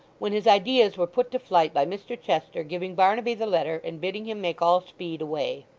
when his ideas were put to flight by mr chester giving barnaby the letter, and bidding him make all speed away.